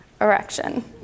erection